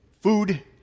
food